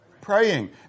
praying